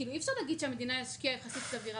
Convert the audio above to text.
אי אפשר להגיד שהמדינה השקיעה באופן סביר.